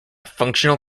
functional